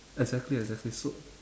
exactly exactly so